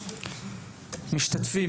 ראשית,